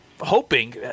hoping